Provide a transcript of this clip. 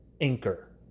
Anchor